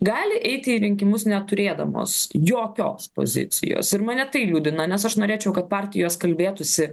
gali eiti į rinkimus neturėdamos jokios pozicijos ir mane tai liūdina nes aš norėčiau kad partijos kalbėtųsi